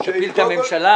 שהיא תפיל את הממשלה?